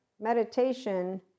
meditation